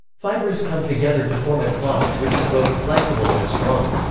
fibers come together to form a cloth, which is both flexible and strong.